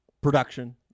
production